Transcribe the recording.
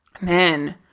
Man